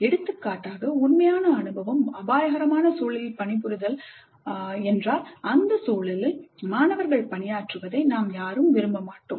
எடுத்துக்காட்டாக உண்மையான அனுபவம் அபாயகரமான சூழலில் பணிபுரிதல் அந்த சூழலில் மாணவர்கள் பணியாற்றுவதை நாங்கள் விரும்பவில்லை